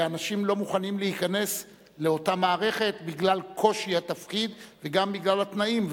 ואנשים לא מוכנים להיכנס לאותה מערכת בגלל קושי התפקיד וגם בגלל התנאים.